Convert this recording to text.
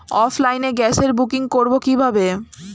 অফলাইনে গ্যাসের বুকিং করব কিভাবে?